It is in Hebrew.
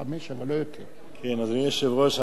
אני מקווה שיהיה לי מה לדבר בחמש דקות בכלל.